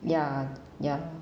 ya ya